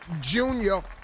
Junior